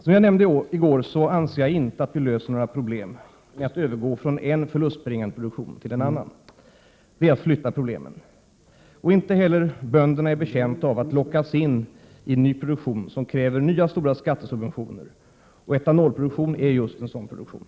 Som jag nämnde i går anser jag inte att vi löser några problem med att övergå från en förlustbringande produktion till en annan. Det innebär endast att man flyttar problemen. Inte heller bönderna är betjänta av att lockas in i ny produktion som kräver nya stora skattesubventioner, och etanolproduktion är just en sådan produktion.